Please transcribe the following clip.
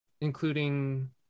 including